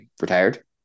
retired